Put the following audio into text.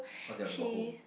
cause you wanna go home